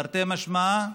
תרתי משמע,